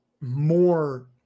more